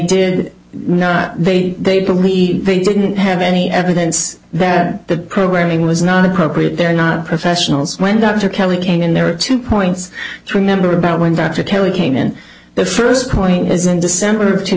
did not say they believe they didn't have any evidence that the programming was not appropriate they're not professionals when dr kelly came in there are two points to remember about going back to terry came in the first point isn't december